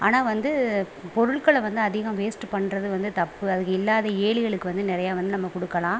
ஆனால் வந்து பொருட்களை வந்து அதிகம் வேஸ்ட் பண்ணுறது வந்து தப்பு அதுக்கு இல்லாத ஏழைகளுக்கு வந்து நிறையா வந்து நம்ம கொடுக்கலாம்